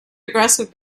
aggressive